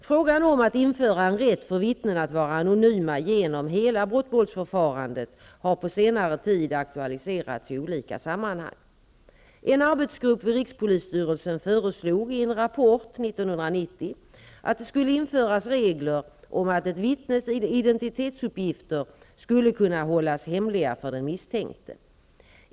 Frågan om att införa en rätt för vittnen att vara anonyma genom hela brottmålsförfarandet har på senare tid aktualiserats i olika sammanhang. En arbetsgrupp vid rikspolisstyrelsen föreslog i en rapport år 1990 att det skulle införas regler om att ett vittnes identitetsuppgifter skulle kunna hållas hemliga för den misstänkte.